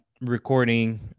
recording